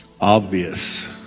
obvious